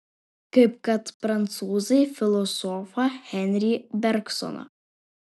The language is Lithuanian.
kaip kad prancūzai filosofą henri bergsoną